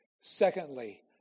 Secondly